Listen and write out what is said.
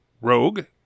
Rogue